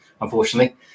unfortunately